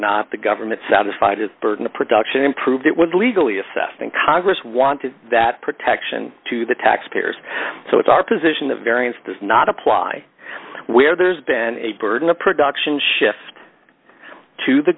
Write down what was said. not the government satisfied a bird in the production improved it was legally assessed and congress wanted that protection to the taxpayers so if our position the variance does not apply where there's been a burden a production shift to the